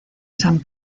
san